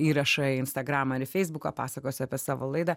įrašą į instagramą ar į feisbuką pasakosiu apie savo laidą